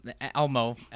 Elmo